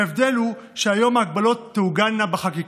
וההבדל הוא שהיום ההגבלות תעוגנה בחקיקה.